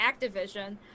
Activision